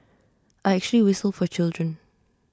I actually whistle for children